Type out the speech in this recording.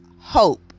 Hope